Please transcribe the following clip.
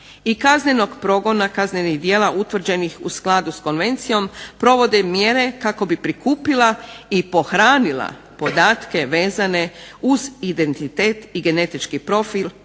i kaznenog progona, kaznenih djela utvrđenih u skladu s konvencijom provode mjere kako bi prikupila i pohranila podatke vezane uz identitet i genetički profil